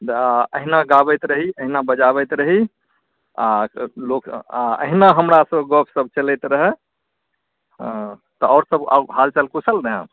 अहिना गाबैत रही अहिना बजाबैत रही आ लोक आ अहिना हमरासंँ गपसप चलैत रहै हँ तऽ आओर सभ हालचाल कुशल ने